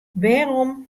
wêrom